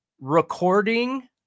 recording